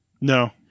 No